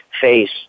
face